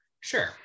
Sure